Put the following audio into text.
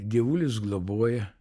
dievulis globoja